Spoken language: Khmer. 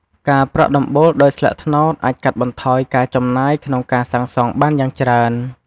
ការប្រក់ដំបូលដោយស្លឹកត្នោតអាចកាត់បន្ថយការចំណាយក្នុងការសាងសង់បានយ៉ាងច្រើន។